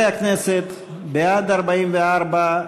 חברי הכנסת, בעד, 44,